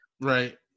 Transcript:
Right